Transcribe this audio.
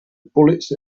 bullets